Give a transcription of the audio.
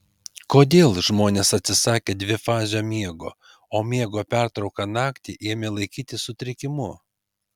kodėl žmonės atsisakė dvifazio miego o miego pertrauką naktį ėmė laikyti sutrikimu